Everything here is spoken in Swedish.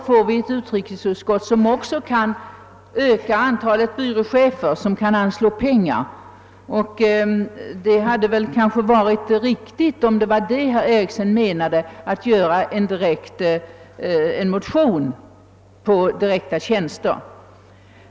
Vi får då ett utrikesutskott som kan öka antalet byråchefer och anslå pengar, och det hade kanske då varit riktigt att väcka en motion om direkta tjänster, om det nu var det herr Ericson menade.